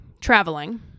traveling